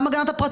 גם הגנת,